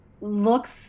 looks